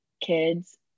kids